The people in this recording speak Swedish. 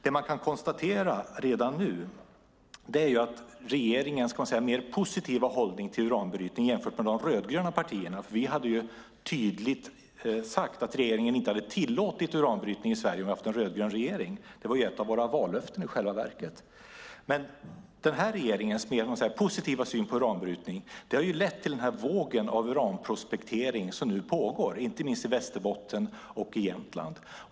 Det man kan konstatera redan nu är att regeringen har en mer positiv hållning till uranbrytning än de rödgröna partierna. Vi skulle tydligt ha sagt att regeringen inte hade tillåtit uranbrytning i Sverige om vi hade haft en rödgrön regering. Det var i själva verket ett av våra vallöften. Men denna regerings mer positiva syn på uranbrytning har lett till den våg av uranprospektering som nu pågår, inte minst i Västerbotten och i Jämtland.